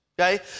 okay